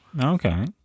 Okay